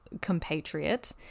compatriot